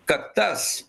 kad tas